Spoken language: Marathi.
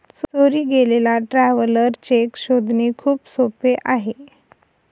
चोरी गेलेला ट्रॅव्हलर चेक शोधणे खूप सोपे आहे